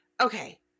Okay